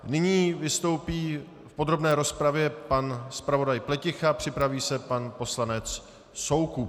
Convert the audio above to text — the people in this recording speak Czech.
Nyní vystoupí v podrobné rozpravě pan zpravodaj Pleticha, připraví se pan poslanec Soukup.